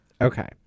Okay